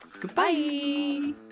Goodbye